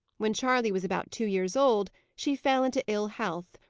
when charley was about two years old she fell into ill health,